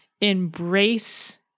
embrace